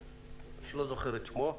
שאני לא זוכר את שמו,